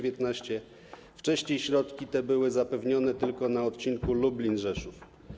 Wcześniej środki te były zapewnione tylko na odcinku Lublin - Rzeszów.